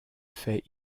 fait